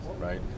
right